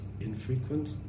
infrequent